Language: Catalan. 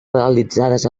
realitzades